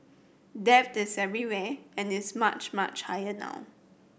debt is everywhere and it's much much higher now